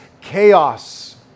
chaos